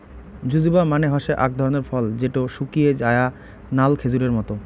জুজুবা মানে হসে আক ধরণের ফল যেটো শুকিয়ে যায়া নাল খেজুরের মত